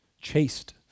chaste